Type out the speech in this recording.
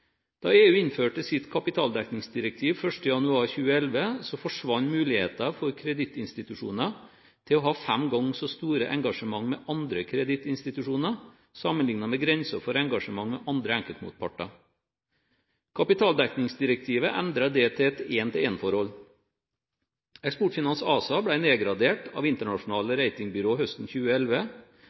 Da EU innførte sitt kapitaldekningsdirektiv 1. januar 2011, forsvant muligheten for kredittinstitusjoner til å ha fem ganger så store engasjementer med andre kredittinstitusjoner sammenlignet med grensen for engasjementer med andre enkeltmotparter. Kapitaldekningsdirektivet endret det til et en-til-en-forhold. Eksportfinans ASA ble nedgradert av internasjonale ratingbyråer høsten 2011.